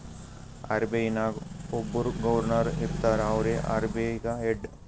RBI ನಾಗ್ ಒಬ್ಬುರ್ governor ಇರ್ತಾರ ಅವ್ರೇ ಆರ್.ಬಿ.ಐ ಗ ಹೆಡ್